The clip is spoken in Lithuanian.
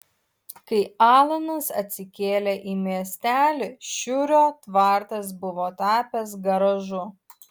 kai alanas atsikėlė į miestelį šiurio tvartas buvo tapęs garažu